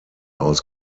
aus